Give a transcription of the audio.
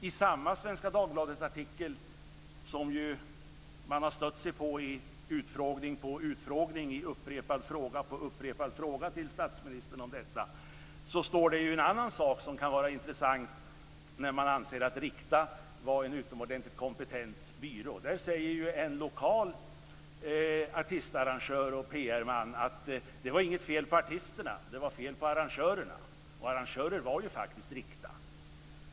I samma artikel i Svenska Dagbladet, som man ju har stött sig på i utfrågning på utfrågning i upprepad fråga på upprepad fråga till statsministern om detta, står det en annan sak som kan vara intressant när man anser att Rikta var en utomordentligt kompetent byrå. Där säger en lokal artistarrangör och PR-man att det var inget fel på artisterna. Det var fel på arrangörerna. Och arrangörer var ju faktiskt Rikta.